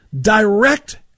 direct